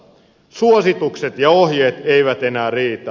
suositukset ja ohjeet eivät enää riitä